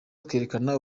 twerekana